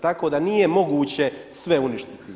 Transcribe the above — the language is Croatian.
Tako da nije moguće sve uništiti.